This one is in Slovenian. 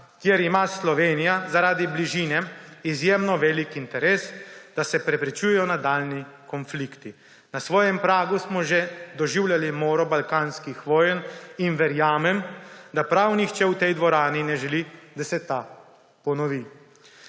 kjer ima Slovenija zaradi bližine izjemno velik interes, da se preprečujejo nadaljnji konflikti. Na svojem pragu smo že doživljali moro balkanskih vojn, in verjamem, da prav nihče v tej dvorani ne želi, da se ta ponovi.